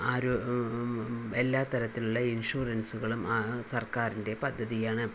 ആരോ എല്ലാ തരത്തിലുള്ള ഇൻഷുറൻസുകളും സർക്കാരിൻ്റെ പദ്ധതിയാണ്